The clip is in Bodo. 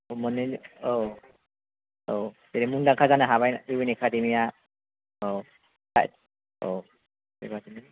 माने औ औ जेरै मुंदांखा जानो हाबाय इउ एन एकादेमि या औ औ बिबादिनो